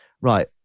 Right